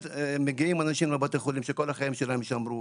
מגיעים אנשים לבתי חולים שכל החיים שלהם שמרו.